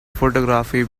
photography